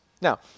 Now